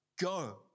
Go